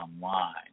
online